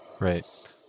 right